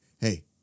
Hey